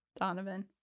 Donovan